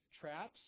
traps